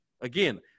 Again